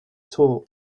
talk